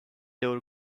door